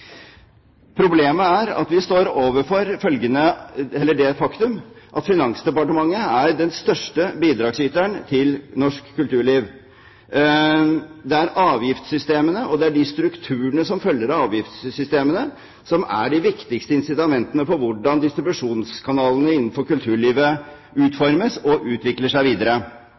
Problemet er at vi står overfor det faktum at Finansdepartementet er den største bidragsyteren til norsk kulturliv. Det er avgiftssystemene, og det er de strukturene som følger av avgiftssystemene, som er de viktigste incitamentene for hvordan distribusjonskanalene innenfor kulturlivet utformes og utvikler seg videre.